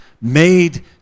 made